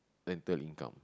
rental income